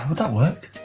ah that work?